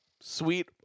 Sweet